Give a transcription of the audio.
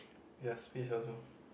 yes pizza also